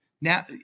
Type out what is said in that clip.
now